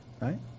Right